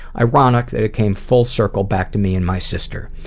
ironic that it came full circle back to me and my sister.